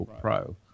Pro